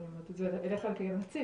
אני אומרת את זה אליך כנציג,